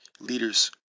leaders